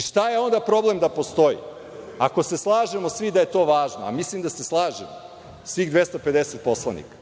Šta je onda problem da postoji, ako se slažemo svi da je to važno, a mislim da se slaže svih 250 poslanika.